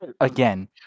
again